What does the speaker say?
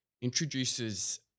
introduces